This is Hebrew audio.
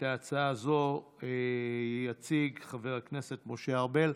את ההצעה הזו יציג חבר הכנסת משה ארבל.